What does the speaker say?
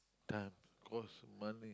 times cost month